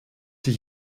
die